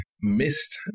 missed